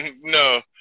no